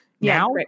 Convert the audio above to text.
Now